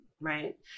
right